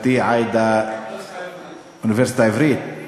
באוניברסיטה העברית.